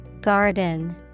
Garden